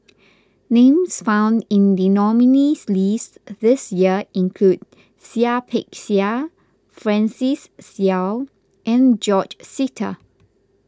names found in the nominees' list this year include Seah Peck Seah Francis Seow and George Sita